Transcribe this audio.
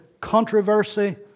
controversy